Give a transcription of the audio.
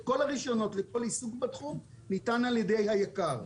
לכל עיסוק בתחום ניתן על ידי "היקר",